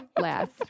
last